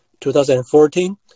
2014